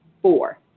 four